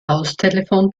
haustelefon